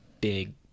big